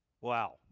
Wow